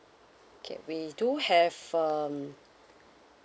okay we do have um